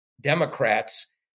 Democrats